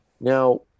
Now